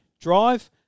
Drive